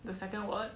the second word